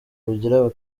rugira